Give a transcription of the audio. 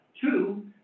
Two